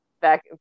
back